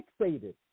fixated